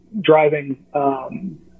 driving